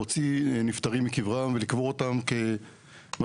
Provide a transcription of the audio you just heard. להוציא נפטרים מקברם ולקבור אותם כמו